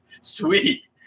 sweet